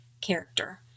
character